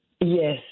Yes